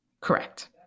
Correct